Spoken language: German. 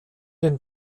den